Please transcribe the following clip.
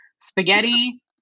spaghetti